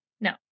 no